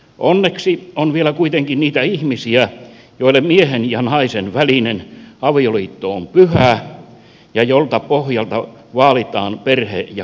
onneksi on vielä kuitenkin niitä ihmisiä joille miehen ja naisen välinen avioliitto on pyhä asia jonka pohjalta vaalitaan perhe ja kotikäsitystä